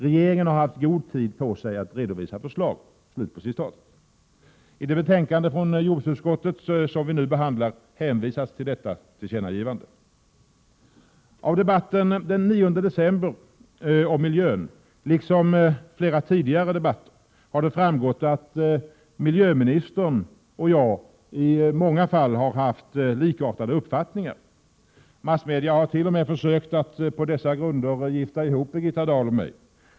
Regeringen har haft god tid på sig att redovisa förslag.” I det betänkande från jordbruksutskottet vi nu behandlar hänvisas till detta tillkännagivande. Det har av debatten den 9 december om miljön, liksom av flera tidigare debatter, framgått att miljöministern och jag i många fall haft likartade uppfattningar. Massmedia hart.o.m. försökt att på dessa grunder gifta ihop Birgitta Dahl och mig.